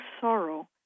sorrow